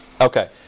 Okay